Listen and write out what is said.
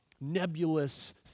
nebulous